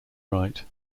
right